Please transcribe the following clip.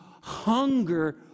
hunger